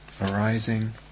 arising